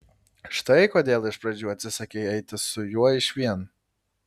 štai kodėl iš pradžių atsisakei eiti su juo išvien